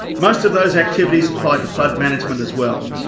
most of those activities apply to flood management as well.